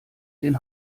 dem